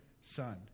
Son